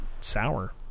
sour